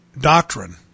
doctrine